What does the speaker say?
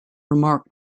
remark